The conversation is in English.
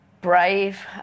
brave